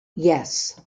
yes